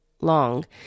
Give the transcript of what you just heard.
long